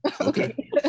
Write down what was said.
okay